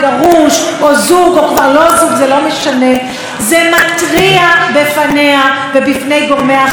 זה מתריע בפניה ובפני גורמי האכיפה על כך שהוא מתקרב והסכנה אורבת.